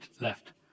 left